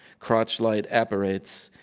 crotch light apparates.